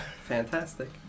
Fantastic